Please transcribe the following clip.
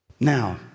Now